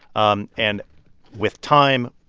um and with time,